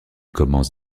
commence